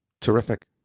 Terrific